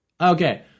Okay